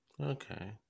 okay